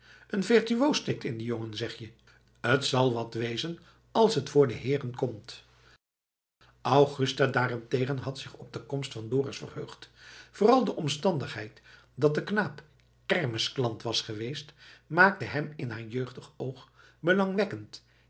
n virtuoos steekt in dien jongen zeg je t zal wat wezen als t voor de heeren komt augusta daarentegen had zich op de komst van dorus verheugd vooral de omstandigheid dat de knaap kermisklant was geweest maakte hem in haar jeugdig oog belangwekkend